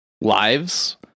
lives